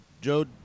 Joe